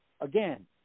again